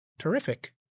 terrific